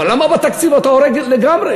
אבל למה בתקציב אתה הורג לגמרי?